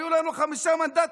היו לנו חמישה מנדטים,